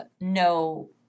no